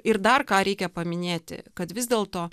ir dar ką reikia paminėti kad vis dėl to